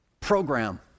program